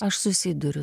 aš susiduriu